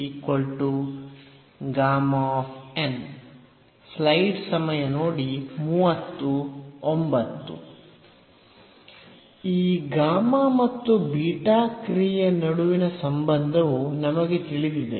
ಈ ಗಾಮಾ ಮತ್ತು ಬೀಟಾ ಕ್ರಿಯೆಯ ನಡುವಿನ ಸಂಬಂಧವು ನಮಗೆ ತಿಳಿದಿದೆ